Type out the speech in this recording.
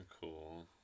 Cool